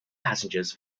passengers